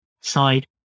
side